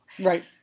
Right